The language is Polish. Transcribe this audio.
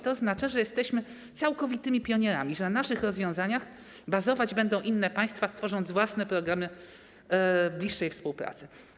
To oznacza, że jesteśmy całkowitymi pionierami, że na naszych rozwiązaniach bazować będą inne państwa, tworząc własne programy bliższej współpracy.